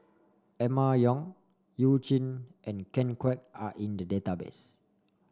Emma Yong You Jin and Ken Kwek are in the database